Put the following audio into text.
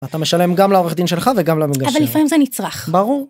אתה משלם גם לעורך דין שלך וגם למגשר. אבל לפעמים זה נצרך. ברור.